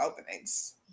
openings